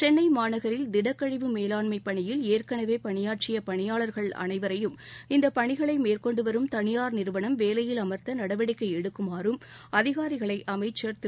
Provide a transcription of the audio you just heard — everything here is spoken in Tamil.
சென்னை மாநகரில் திடக்கழிவு மேலாண்மை பணியில் ஏற்கனவே பணியாற்றிய பணியாளர்கள் அனைவரையும் இந்தப் பணிகளை மேற்கொண்டு வரும் தனியார் நிறுவனம் வேலையில் அமர்த்த நடவடிக்கை எடுக்குமாறும் அதிகாரிகளை அமைச்சர் திரு